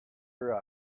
her